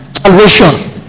Salvation